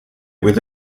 with